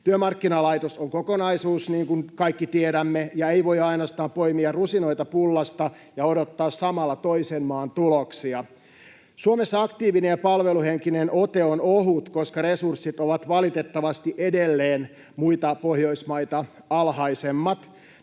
Työmarkkinalaitos on kokonaisuus, niin kuin kaikki tiedämme, ja ei voi ainoastaan poimia rusinoita pullasta ja odottaa samalla toisen maan tuloksia. Suomessa aktiivinen ja palveluhenkinen ote on ohut, koska resurssit ovat valitettavasti edelleen muita Pohjoismaita alhaisemmat.